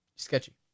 Sketchy